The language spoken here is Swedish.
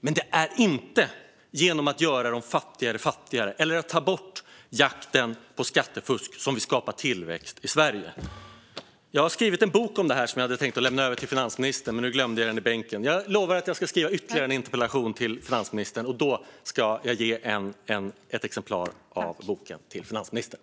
Men det är inte genom att göra de fattiga fattigare eller att ta bort jakten på skattefusk som vi skapar tillväxt i Sverige. Jag har skrivit en bok om detta som jag hade tänkt lämna över till finansministern, men nu glömde jag den i bänken. Jag lovar att jag ska skriva ytterligare en interpellation till finansministern, och då ska jag ge ett exemplar av boken till finansministern.